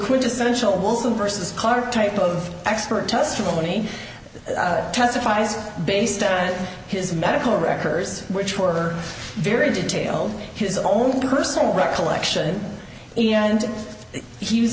quintessential versus car type of expert testimony testifies based on his medical records which were very detailed his own personal recollection and he